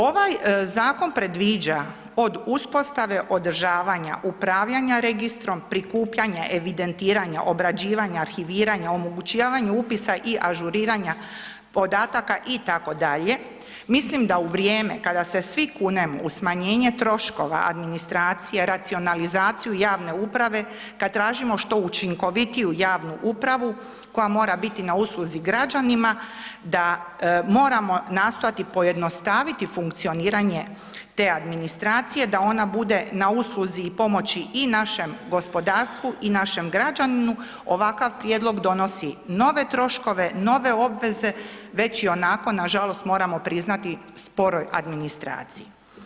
Ovaj zakon predviđa od uspostave održavanja upravljanja registrom, prikupljanja, evidentiranja, obrađivanja, arhiviranja, omogućavanja upisa i ažuriranja podataka itd., mislim da u vrijeme kada se svi kunemo u smanjenje troškova administracije, racionalizaciju javne uprave, kad tražimo što učinkovitiju javnu upravu koja mora biti na usluzi građanima, da moramo nastojati pojednostaviti funkcioniranje te administracije, da ona bude na usluzi i pomoći i našem gospodarstvu i našem građaninu, ovakav prijedlog donosi nove troškove, nove obveze već ionako nažalost moramo priznati, sporoj administraciji.